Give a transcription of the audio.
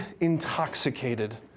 intoxicated